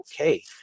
okay